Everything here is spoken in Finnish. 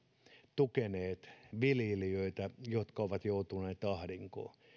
tukeneet viljelijöitä jotka ovat joutuneet ahdinkoon sään ääri ilmiöiden takia